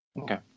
Okay